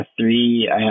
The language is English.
three